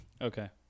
Okay